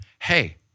Hey